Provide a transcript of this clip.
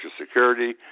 Security